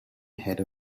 ahead